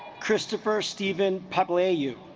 christopher stephen papillae you